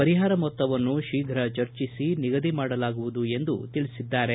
ಪರಿಹಾರ ಮೊತ್ತವನ್ನು ಶೀಘ ಚರ್ಚಿಸಿ ನಿಗದಿ ಮಾಡಲಾಗುವುದು ಎಂದು ತಿಳಿಸಿದ್ದಾರೆ